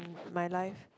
my life